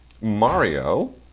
Mario